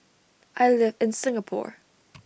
I live in Singapore